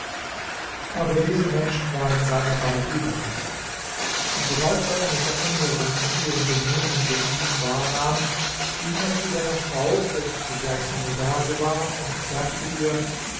aber diese menschen waren seiner bald überdrüssig und sobald er eine veränderung in ihrem benehmen gegen ihn wahrnahm ging er zu seiner frau welche zugleich seine base war und sagte ihr